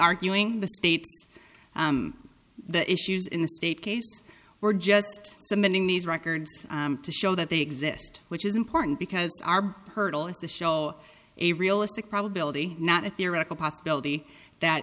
arguing the state of the issues in the state case we're just submitting these records to show that they exist which is important because our hurdle is to show a realistic probability not a theoretical possibility that